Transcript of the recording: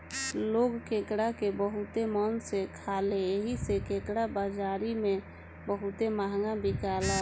लोग केकड़ा के बहुते मन से खाले एही से केकड़ा बाजारी में बहुते महंगा बिकाला